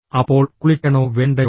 അപ്പോൾ കുളിക്കണോ വേണ്ടയോ